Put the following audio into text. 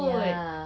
ya